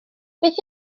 beth